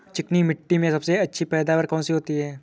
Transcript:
चिकनी मिट्टी में सबसे अच्छी पैदावार कौन सी होती हैं?